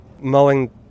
Mowing